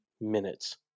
minutes